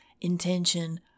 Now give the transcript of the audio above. intention